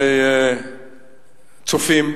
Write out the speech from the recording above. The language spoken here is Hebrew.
לצופים,